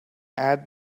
add